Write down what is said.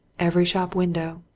every shop window,